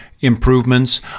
improvements